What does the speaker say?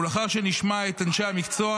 ולאחר שנשמע את אנשי המקצוע,